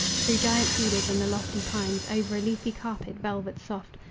through giant cedars and the lofty pines, over a leafy carpet, velvet soft,